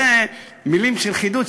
זה מילים של חידוד,